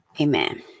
Amen